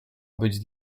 być